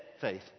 Faith